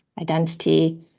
identity